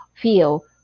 feel